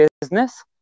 business